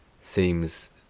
seems